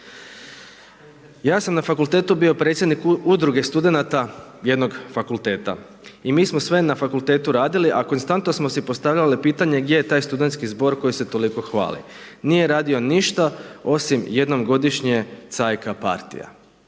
Ja sam na fakultetu bio predsjednik udruge studenata jednog fakulteta i mi smo sve na fakultetu radili, a konstantno smo si postavljali pitanje gdje je taj studentski zbor koji se toliko hvali. Nije radio ništa, osim jednom godišnje cajka partija,